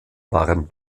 waren